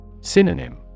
Synonym